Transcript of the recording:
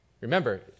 Remember